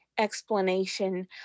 explanation